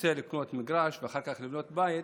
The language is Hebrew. שרוצה לקנות מגרש ואחר כך לבנות בית